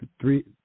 three